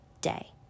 day